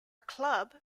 club